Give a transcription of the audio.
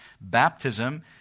baptism